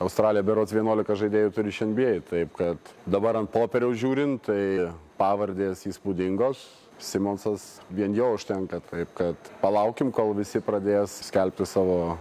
australė berods vienuolika žaidėjų turi iš enbyei taip kad dabar ant popieriaus žiūrint tai pavardės įspūdingos simonsas vien jo užtenka taip kad palaukim kol visi pradės skelbti savo